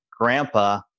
grandpa